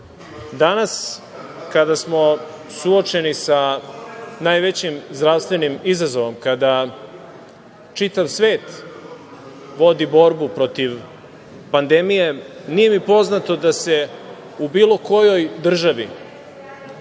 danas kada smo suočeni sa najvećim zdravstvenim izazovom, kada čitav svet vodi borbu protiv pandemije, nije mi poznato da se u bilo kojoj državi